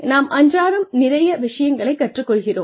நாம் அன்றாடம் நிறைய விஷயங்களைக் கற்றுக் கொள்கிறோம்